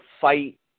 fight